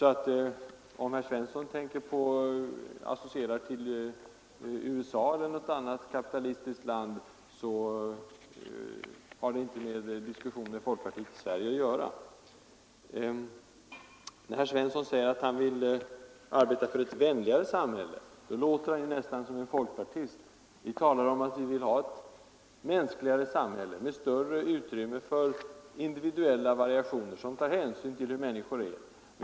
Om herr Svensson associerar till USA eller något annat kapitalistiskt land, så har det inte med folkpartiet i Sverige att göra. Och när herr Svensson säger att han vill arbeta för ett vänligare samhälle, låter han ju nästan som en folkpartist. Vi talar om att vi vill ha ett mänskligare samhälle med större utrymme för individuella variationer som tar hänsyn till hur människor är.